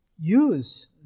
use